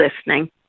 listening